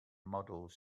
models